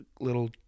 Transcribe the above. Little